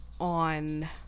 on